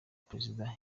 perezida